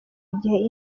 igihe